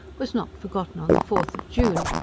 was not forgotten on the fourth of june,